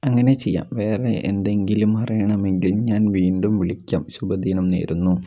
അങ്ങനെ ചെയ്യാം വേറെ എന്തെങ്കിലും അറിയണമെങ്കിൽ ഞാൻ വീണ്ടും വിളിക്കാം ശുഭ ദിനം നേരുന്നു